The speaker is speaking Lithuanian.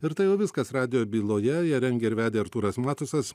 ir tai jau viskas radijo byloje ją rengė ir vedė artūras matusas